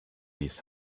his